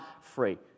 free